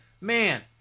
man